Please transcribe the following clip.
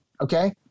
Okay